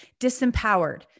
disempowered